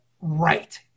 right